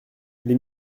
les